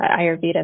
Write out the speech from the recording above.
Ayurveda